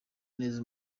neza